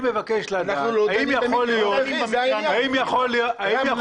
אני מבקש לדעת האם יכול להיות שמישהו קיבל הנחיה.